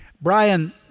Brian